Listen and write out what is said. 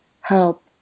help